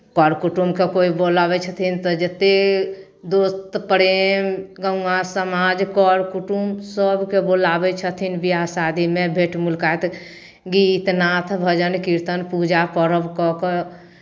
कर कुटुमकेँ कोइ बोलाबै छथिन तऽ जतेक दोस्त प्रेम गौआँ समाज कर कुटुम सभके बोलाबै छथिन बियाह शादीमे भेँट मुलकात गीत नाथ भजन कीर्तन पूजा पर्व कऽ कऽ